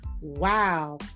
wow